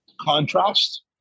contrast